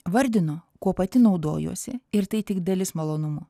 vardino kuo pati naudojuosi ir tai tik dalis malonumo